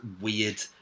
weird